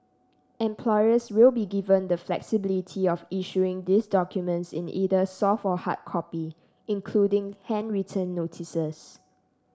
employers will be given the flexibility of issuing these documents in either soft or hard copy including handwritten notices